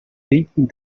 thinking